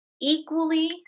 equally